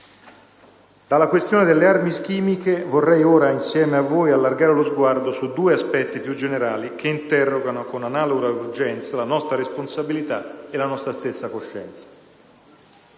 Dalla questione delle armi chimiche vorrei ora, insieme a voi, allargare lo sguardo su due aspetti più generali che interrogano con analoga urgenza la nostra responsabilità e la nostra stessa coscienza.